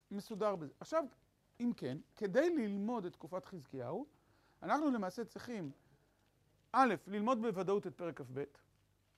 מסודר בזה. עכשיו, אם כן, כדי ללמוד את תקופת חזקיהו אנחנו למעשה צריכים א', ללמוד בוודאות את פרק כ"ב.